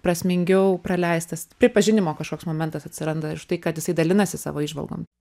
prasmingiau praleistas pripažinimo kažkoks momentas atsiranda už tai kad jisai dalinasi savo įžvalgom